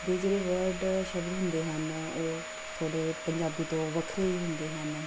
ਦੇ ਜਿਹੜੇ ਵਰਡ ਸ਼ਬਦ ਹੁੰਦੇ ਹਨ ਉਹ ਥੋ ਥੋੜ੍ਹੇ ਪੰਜਾਬੀ ਤੋਂ ਵੱਖਰੇ ਹੀ ਹੁੰਦੇ ਹਨ